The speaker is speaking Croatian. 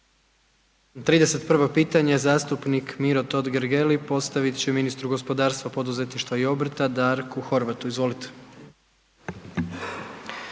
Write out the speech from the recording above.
31. pitanje, zastupnik Miro Totgergeli postavit će ministru gospodarstva, poduzetništva i obrta Darku Horvatu, izvolite.